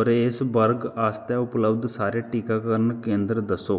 बरेस वर्ग आस्तै उपलब्ध सारे टीकाकरण केंदर दस्सो